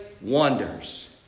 wonders